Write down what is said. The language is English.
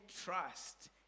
trust